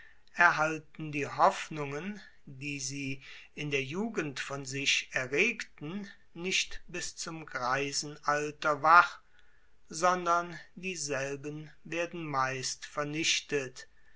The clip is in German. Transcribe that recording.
erhalten die hoffnungen die sie in der jugend von sich erregten nicht bis zum greisenalter wach sondern dieselben werden meist vernichtet